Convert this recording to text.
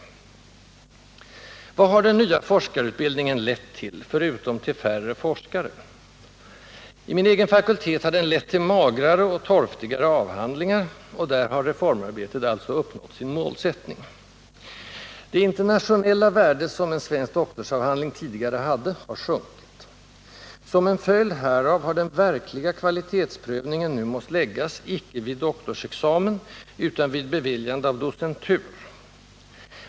Vad har den nya forskarutbildningen lett till — förutom till färre forskare? I min egen fakultet har den lett till magrare och torftigare avhandlingar, och där har reformarbetet alltså uppnått sitt mål. Det internationella värde som en svensk doktorsavhandling tidigare hade har sjunkit. Som en följd härav har den verkliga kvalitetsprövningen nu måst läggas, icke vid doktorsexamen, utan vid beviljandet av docentur.